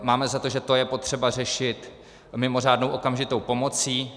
Máme za to, že to je potřeba řešit mimořádnou okamžitou pomocí.